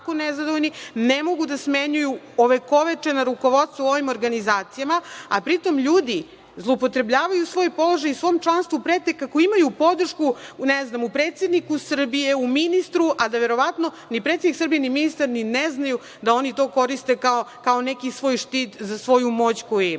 ne mogu da smenjuju ovekovečena rukovodstva u ovim organizacijama, a pritom ljudi zloupotrebljavaju svoj položaj i svom članstvu prete kako imaju podršku, ne znam, u predsedniku Srbije, u ministru, a da verovatno ni predsednik Srbije ni ministar ne znaju da oni to koriste kao neki svoj štit za svoju moć koju imaju. Dakle,